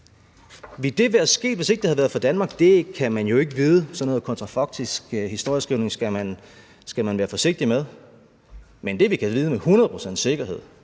Ville det være sket, hvis ikke det havde været for Danmark? Det kan man jo ikke vide. Sådan noget kontrafaktisk historieskrivning skal man være forsigtig med. Men det, vi kan vide med et hundrede